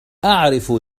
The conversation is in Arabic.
أعرف